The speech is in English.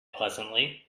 pleasantly